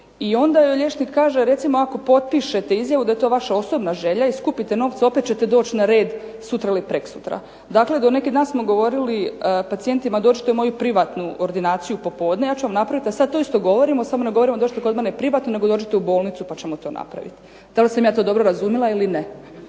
i onda joj liječnik kaže recimo ako potpišete izjavu da je to vaša osobna želja i skupite novce opet ćete doći na red sutra ili preksutra. Dakle, do neki dan smo govorili pacijentima dođite u moju privatnu ordinaciju popodne ja ću vam napraviti, a sad to isto govorimo samo ne govorimo dođite kod mene privatno nego dođite u bolnicu pa ćemo to napraviti. Da li sam ja to dobro razumjela ili ne?